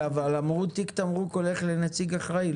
אבל אמרו שתיק ת מרוק הולך לנציג האחראי,